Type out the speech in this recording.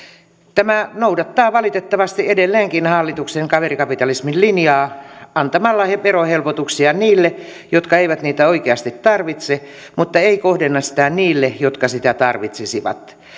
tämä noudattaa valitettavasti edelleenkin hallituksen kaverikapitalismin linjaa antamalla verohelpotuksia niille jotka eivät niitä oikeasti tarvitse mutta ei kohdenna sitä niille jotka sitä tarvitsisivat